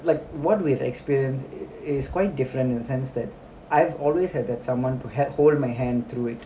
like what with experience i~ is quite different in the sense that I've always had that someone who h~ hold my hand through it